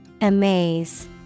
Amaze